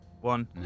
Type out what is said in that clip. one